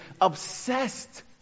obsessed